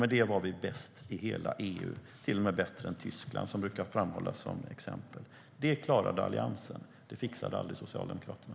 Med det var vi bäst i hela EU, och till och med bättre än Tyskland som brukar framhållas som exempel. Det klarade Alliansen, men det fixade aldrig Socialdemokraterna.